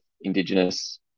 indigenous